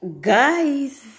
guys